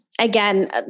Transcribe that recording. Again